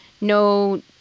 no